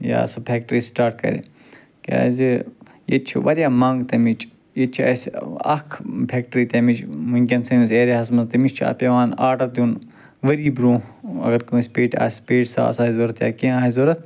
یا سۄ factory start کَرِ کیٛازِ ییٚتہِ چھِ واریاہ مَنٛگ تٔمِچ ییٚتہِ چھِ اسہِ اَکھ فیٚکٹری تٔمِچ وُنٛکیٚن سٲنِس ایرِیا ہَس منٛز تٔمِس چھِ آ پیٚوان آرڈَر دیٛن ؤری برٛۄنٛہہ اگر کانٛسہِ پیٹہِ آسہِ پیٹہِ ساس آسہِ ضروٗرت یا کیٚنہہ آسہِ ضروٗرت